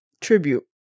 tribute